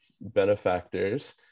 benefactors